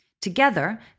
Together